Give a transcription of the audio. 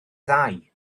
ddau